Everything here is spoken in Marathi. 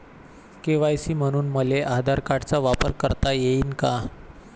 के.वाय.सी म्हनून मले आधार कार्डाचा वापर करता येईन का?